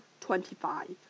twenty-five